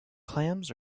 clams